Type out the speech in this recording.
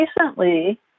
recently